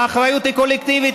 האחריות היא קולקטיבית,